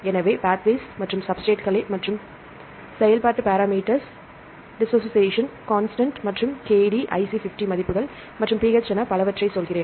எனவே பாத்வேஸ் மற்றும் சப்ஸ்ட்ரெட் மற்றும் செயல்பாட்டு பாராமீட்டர்ஸ் மற்றும் Kd IC50 மதிப்புகள் மற்றும் pH என பலவற்றை சொல்கிறேன்